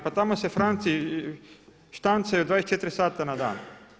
Pa tamo se franci štancaju 24 sata na dan.